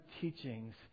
teachings